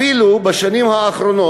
אפילו, בשנים האחרונות,